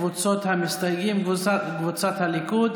קבוצות המסתייגים: קבוצת הליכוד,